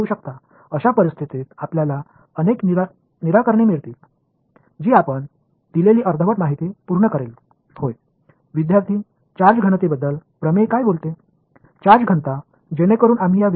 எனவே நீங்கள் குறிப்பிடாத அல்லது முழு எல்லைக்கு மேலான எடுத்துக்காட்டுகளை நீங்கள் உருவாக்க முடியும் அவ்வாறான நிலையில் நீங்கள் கொடுத்த பகுதி தகவல்களை பூர்த்தி செய்யும் பல தீர்வுகளை நீங்கள் பெறலாம் மாணவர் அனுப்பும் தேற்றம்சார்ஜ் அடர்த்தி பற்றி பேசுமா